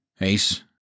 Ace